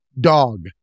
dog